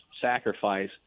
sacrifice